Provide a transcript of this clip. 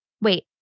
wait